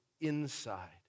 inside